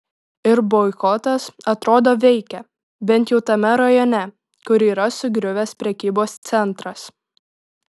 ir boikotas atrodo veikia bent jau tame rajone kur yra sugriuvęs prekybos centras